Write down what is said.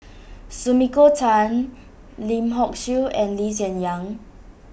Sumiko Tan Lim Hock Siew and Lee Hsien Yang